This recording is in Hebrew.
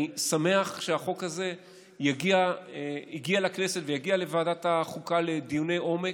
אני שמח שהחוק הזה הגיע לכנסת ויגיע לוועדת החוקה לדיוני עומק.